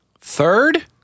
Third